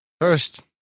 First